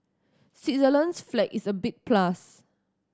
Switzerland's flag is a big plus